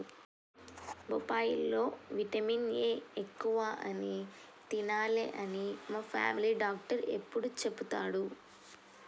బొప్పాయి లో vitamin A ఎక్కువ అని తినాలే అని మా ఫామిలీ డాక్టర్ ఎప్పుడు చెపుతాడు